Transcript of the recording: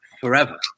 forever